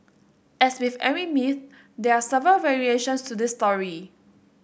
as with every myth there are several variations to this story